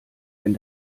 wenn